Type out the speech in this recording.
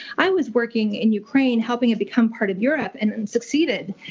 i was working in ukraine helping it become part of europe, and succeeded.